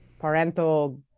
parental